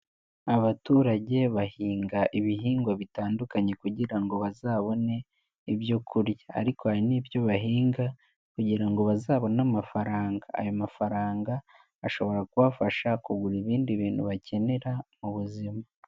Abaturage bahinga ibihingwa bitandukanye kugira ngo bazabone ibyo kurya, ariko hari n'ibyo bahinga kugira ngo bazabone amafaranga, ayo mafaranga ashobora kubafasha kugura ibindi bintu bakenera mu buzima.